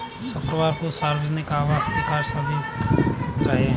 शुक्रवार को सार्वजनिक अवकाश के कारण सभी वित्तीय बाजार बंद रहे